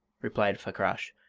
replied fakrash.